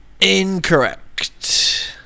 Incorrect